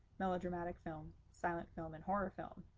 melodramatic film, silent film, and horror film.